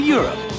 Europe